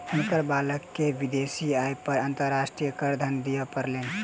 हुनकर बालक के विदेशी आय पर अंतर्राष्ट्रीय करधन दिअ पड़लैन